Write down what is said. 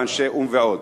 באנשי או"ם ועוד.